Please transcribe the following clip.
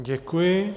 Děkuji.